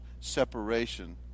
separation